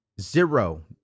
Zero